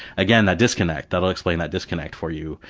again, that disconnect, that'll explain that disconnect for you.